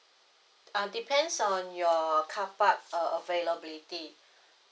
uh depends on your carpark uh availability